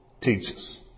teaches